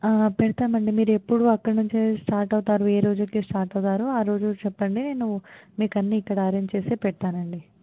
పెడతామండి మీరు ఎప్పుడు అక్కడ నుంచి స్టార్ట్ అవుతారు ఏ రోజుకి స్టార్ట్ అవుతారు ఆ రోజు చెప్పండి నేను మీకు అన్ని ఇక్కడ అరేంజ్ చేసి పెడతానండి